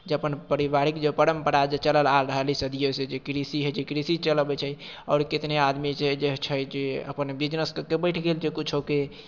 जे अपन पारिवारिक जे परम्परा चलल आबि रहल हइ सदियौँसँ जे कृषि हइ से कृषि चलबै छै आओर कतना आदमी छै जे अपन बिजनेस कऽ कऽ बैठि गेल छै किछोके